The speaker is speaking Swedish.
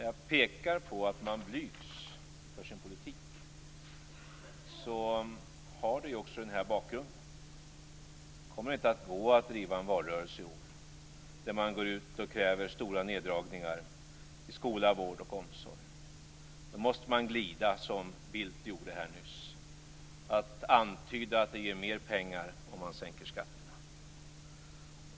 Jag pekar på att man blygs för sin politik. Det har denna bakgrund. Det kommer inte att gå att driva en valrörelse med krav på stora neddragningar i skola, vård och omsorg. Då måste man glida, som Bildt gjorde nyss, och antyda att det ger mer pengar att sänka skatterna.